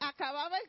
acababa